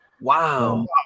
Wow